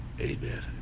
Amen